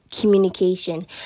communication